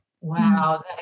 Wow